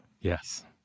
Yes